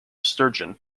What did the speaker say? sturgeon